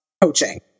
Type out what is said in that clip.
coaching